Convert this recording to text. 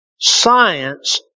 science